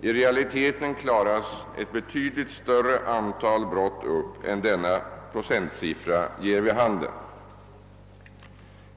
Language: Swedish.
I realiteten klaras ett betydligt större antal brott upp än denna procentsiffra ger vid handen.